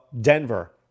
Denver